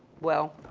well